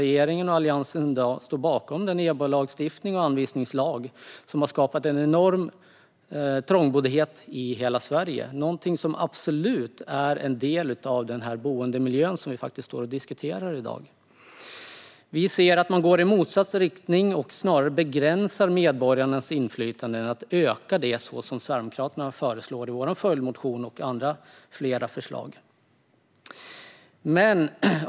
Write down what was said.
Regeringen och Alliansen står bakom EBO-lagstiftningen och den anvisningslag som har skapat en enorm trångboddhet i hela Sverige, vilken absolut är en del av den boendemiljö som vi diskuterar i dag. Vi ser att man går i motsatt riktning och snarare begränsar medborgarnas inflytande i stället för att öka det så som Sverigedemokraterna föreslår i en följdmotion och i andra förslag.